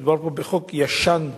מדובר בחוק ישן מאוד,